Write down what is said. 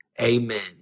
Amen